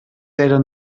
eren